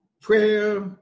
prayer